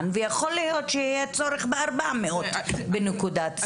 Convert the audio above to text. ויכול להיות שיהיה צורך ב-400 בנקודת זמן.